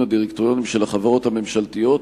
הדירקטוריונים של החברות הממשלתיות,